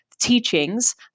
teachings